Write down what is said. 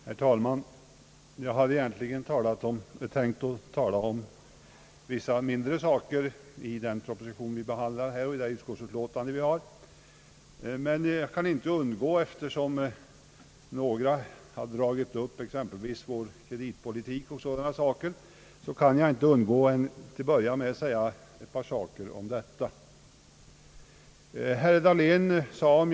Herr talman! Jag hade egentligen tänkt tala om vissa mindre saker i den proposition vi i dag behandlar i föreliggande utskottsbetänkande. Jag kan emellertid inte undgå att säga ett par ord om kreditpolitiken, eftersom några talare här har dragit upp den. Om.